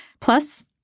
Plus